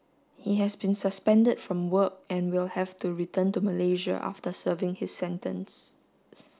he has been suspended from work and will have to return to Malaysia after serving his sentence